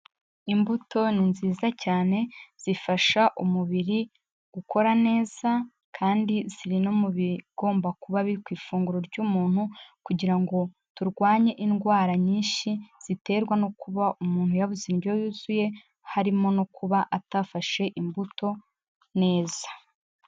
Imbuto ni nziza cyane zifasha umubiri gukora neza, kandi ziri no mu bigomba kuba biri ku ifunguro ry'umuntu kugira ngo turwanye indwara nyinshi ziterwa no kuba umuntu yabuze indyo yuzuye, harimo no kuba atafashe imbuto neza.